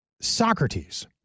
Socrates